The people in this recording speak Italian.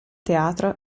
teatro